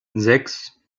sechs